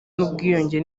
n’ubwiyunge